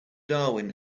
darwin